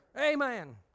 Amen